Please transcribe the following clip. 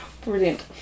brilliant